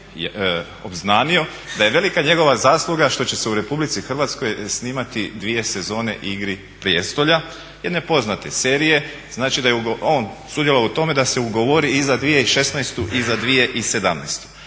obznanio da je velika njegova zasluga što će se u RH snimati dvije sezone Igri prijestolja jedne poznate serije. Znači da je on sudjelovalo u tome da se ugovori i za 2016.i za 2017. Ja se samo